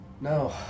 No